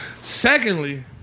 Secondly